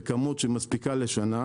בכמות שמספיקה לשנה,